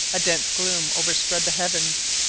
a dense gloom overspread the heavens.